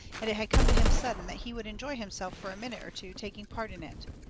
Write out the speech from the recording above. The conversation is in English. and it had come to him sudden that he would enjoy himself fur a minute or two taking part in it.